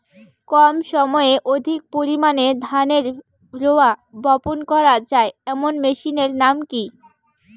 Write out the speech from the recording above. কম সময়ে অধিক পরিমাণে ধানের রোয়া বপন করা য়ায় এমন মেশিনের নাম কি?